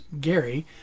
Gary